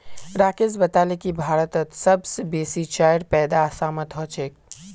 राकेश बताले की भारतत सबस बेसी चाईर पैदा असामत ह छेक